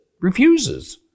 refuses